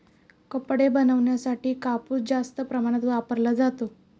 कपडे बनवण्यासाठी कापूस जास्त प्रमाणात वापरला जातो